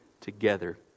together